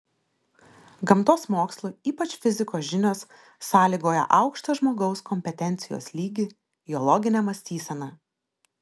gamtos mokslų ypač fizikos žinios sąlygoja aukštą žmogaus kompetencijos lygį jo loginę mąstyseną